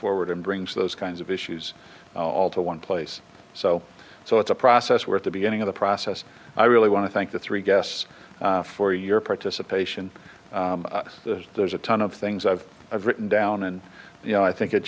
forward and brings those kinds of issues all to one place so so it's a process where at the beginning of the process i really want to thank the three guests for your participation the there's a ton of things i've written down and you know i think it